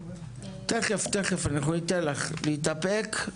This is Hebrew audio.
תכף, אנחנו ניתן לך, להתאפק.